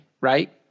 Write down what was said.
right